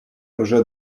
уже